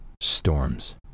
Storms